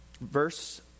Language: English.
Verse